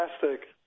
fantastic